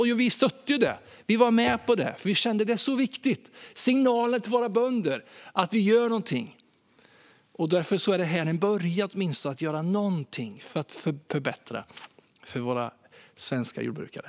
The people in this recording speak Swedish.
Och vi stöttade det och var med på det, för vi kände att detta var viktigt: signalen till våra bönder att vi gör något. Därför är detta åtminstone en början på att göra något för att förbättra för våra svenska jordbrukare.